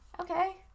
Okay